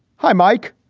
hi, mike.